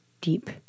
deep